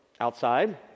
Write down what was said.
outside